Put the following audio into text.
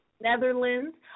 Netherlands